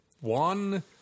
one